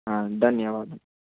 ధన్యవాదం